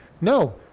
No